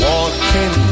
Walking